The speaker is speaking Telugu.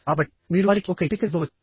కాబట్టి మీరు వారికి ఒక ఎంపికగా ఇవ్వవచ్చు